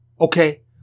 Okay